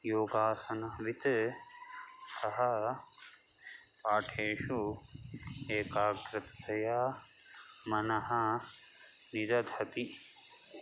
योगासनवित् सः पाठेषु एकाग्रतया मनः निदधाति